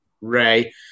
Ray